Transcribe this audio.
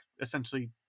essentially